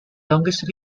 longest